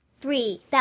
Three